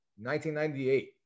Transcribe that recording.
1998